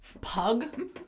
pug